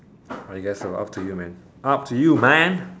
I guess so up to you man up to you man